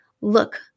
Look